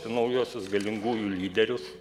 naujuosius galingųjų lyderius